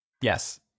Yes